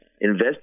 invest